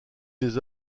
des